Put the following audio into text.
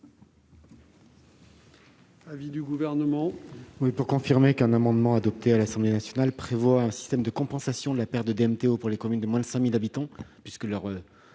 l'avis du Gouvernement ?